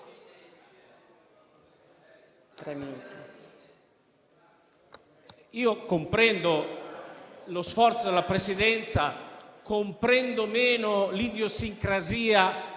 Io comprendo lo sforzo della Presidenza. Comprendo meno l'idiosincrasia